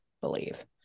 believe